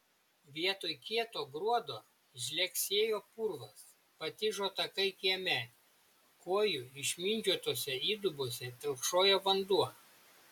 vietoj kieto gruodo žlegsėjo purvas patižo takai kieme kojų išmindžiotose įdubose telkšojo vanduo